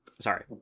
Sorry